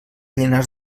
llinars